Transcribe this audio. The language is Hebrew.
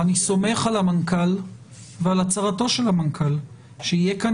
אני סומך על המנכ"ל ועל הצהרתו של המנכ"ל שיהיה כאן